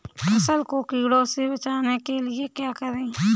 फसल को कीड़ों से बचाने के लिए क्या करें?